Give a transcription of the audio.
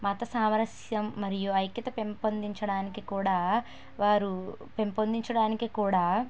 మత సామరస్యం మరియు ఐక్యత పెంపొందించడానికి కూడా వారు పెంపొందించడానికి కూడా